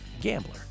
GAMBLER